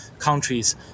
countries